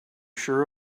sure